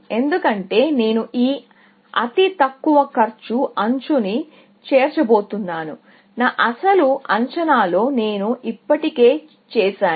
ఎందుకంటే నేను ఈ అతి తక్కువ కాస్ట్ ఎడ్జ్ ని చేర్చబోతున్నాను నా అసలు అంచనాలో నేను ఇప్పటికే చేర్చాను